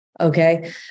Okay